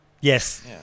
Yes